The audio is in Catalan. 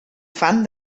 fan